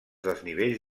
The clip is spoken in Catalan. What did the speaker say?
desnivells